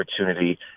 opportunity